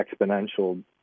exponential